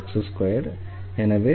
y Ax2